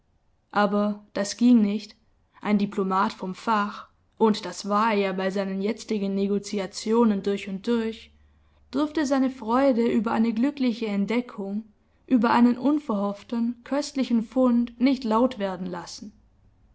aber das ging nicht ein diplomat vom fach und das war er ja bei seinen jetzigen negoziationen durch und durch durfte seine freude über eine glückliche entdeckung über einen unverhofften köstlichen fund nicht laut werden lassen